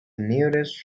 nearest